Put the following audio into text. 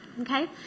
okay